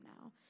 now